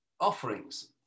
offerings